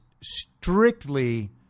strictly